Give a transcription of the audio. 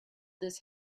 this